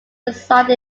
reside